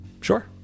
Sure